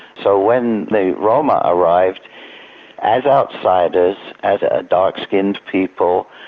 so when the roma arrived as outsiders, as a dark-skinned people,